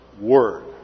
word